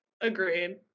Agreed